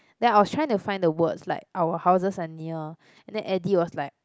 then I was trying to find the words like our houses are near and then Eddie was like